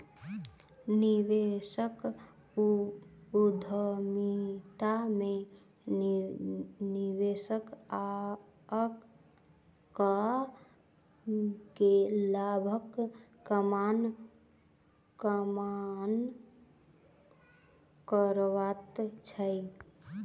निवेशक उद्यमिता में निवेश कअ के लाभक कामना करैत अछि